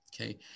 okay